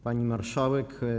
Pani Marszałek!